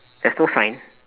there's no sign